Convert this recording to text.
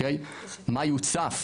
מה יוצף,